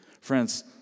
Friends